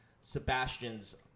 Sebastian's